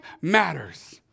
matters